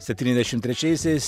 septyniasdešim trečiaisiais